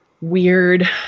weird